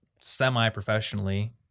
semi-professionally